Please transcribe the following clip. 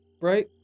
Right